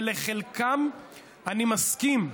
שלחלקם אני מסכים,